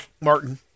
Martin